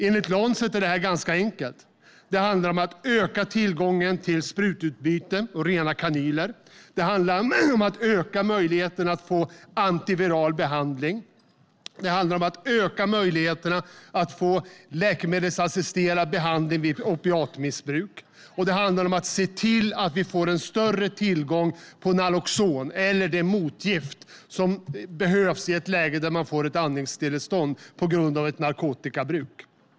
Enligt The Lancet är det ganska enkelt. Det handlar om att öka tillgången till sprututbyte och rena kanyler. Det handlar om att öka möjligheten att få antiviral behandling. Det handlar om att öka möjligheterna att få läkemedelsassisterad behandling vid opiatmissbruk, och det handlar om att se till att vi får en större tillgång på Naloxon, ett motgift som behövs i ett läge där man får ett andningsstillestånd på grund av narkotikabruk.